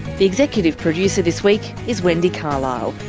the executive producer this week is wendy carlisle,